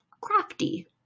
crafty